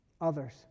others